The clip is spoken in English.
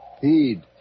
Heed